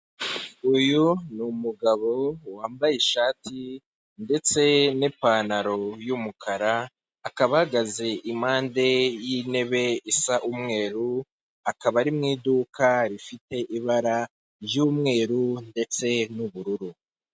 Uyu ni umugabo wambaye ishati ndetse n'ipantaro yumukara; akaba ahagaze impande y'intebe isa umweru; akaba ari mu iduka rifite ibara ry'umweru ndetse n'ubururu.